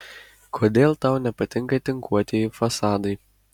kodėl tau nepatinka tinkuotieji fasadai